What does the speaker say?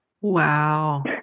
Wow